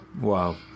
wow